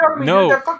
No